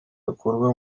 akurwa